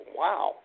wow